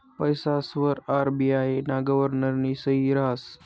पैसासवर आर.बी.आय ना गव्हर्नरनी सही रहास